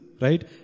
right